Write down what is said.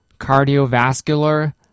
cardiovascular